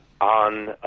on